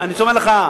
אני אומר לך,